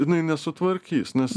jinai nesutvarkys nes